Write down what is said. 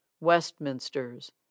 westminster's